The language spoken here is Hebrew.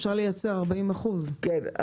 אפשר לייצר 40%. כן.